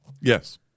Yes